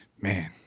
man